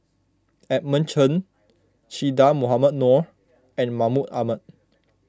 Edmund Chen Che Dah Mohamed Noor and Mahmud Ahmad